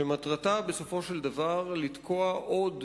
שמטרתה בסופו של דבר לתקוע עוד